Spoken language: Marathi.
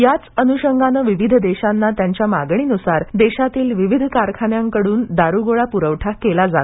याच अनुषंगाने विविध देशांना त्यांच्या मागणीनुसार देशातील विविध कारखान्यांकडून दारूगोळा पुरवठा केला जात आहे